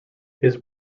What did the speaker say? his